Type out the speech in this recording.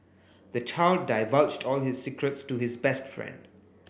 the child divulged all his secrets to his best friend